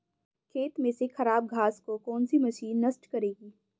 खेत में से खराब घास को कौन सी मशीन नष्ट करेगी?